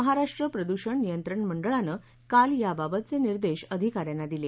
महाराष्ट्र प्रदूषण नियंत्रण मंडळानं काल याबाबतचे निर्देश अधिकाऱ्यांना दिले